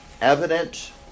evident